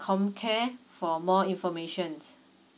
comcare for more information